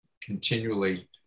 continually